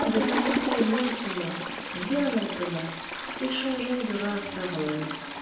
ils avançaient lentement bien lentement échangeant de rares paroles